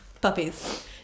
Puppies